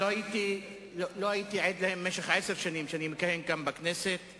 לא במקרה נקבעו כללים בעבר איך מטפלים בתקציב ומה מסגרת הדיון.